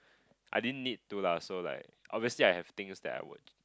I didn't need to lah so like obviously I have things that I would